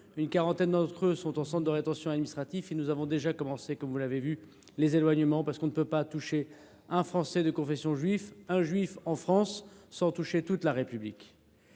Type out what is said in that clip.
une quarantaine d’entre eux sont en centre de rétention administratif. Nous avons déjà commencé les éloignements, comme vous avez pu le voir, parce qu’on ne peut pas toucher un Français de confession juive, un juif en France, sans toucher toute la République.